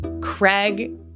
Craig